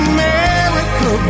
America